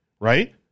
Right